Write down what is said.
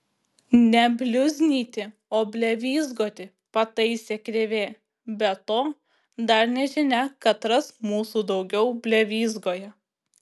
ne bliuznyti o blevyzgoti pataise krėvė be to dar nežinia katras mūsų daugiau blevyzgoja